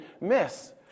miss